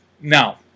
Now